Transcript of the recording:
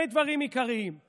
החריבה את כלכלת ישראל,